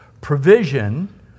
provision